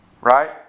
Right